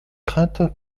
crainte